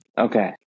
Okay